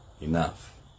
enough